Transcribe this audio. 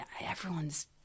everyone's